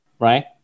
right